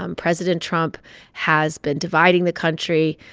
um president trump has been dividing the country,